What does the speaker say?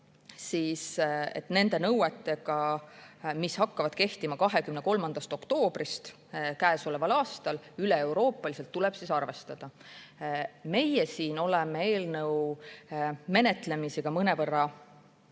tootega. Nende nõuetega, mis hakkavad kehtima 23. oktoobril käesoleval aastal üleeuroopaliselt, tuleb arvestada. Meie siin oleme eelnõu menetlemisel mõnevõrra